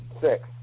Six